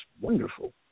wonderful